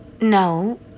No